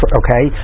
okay